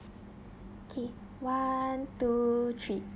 okay one two three